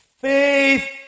faith